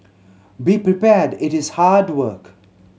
be prepared it is hard work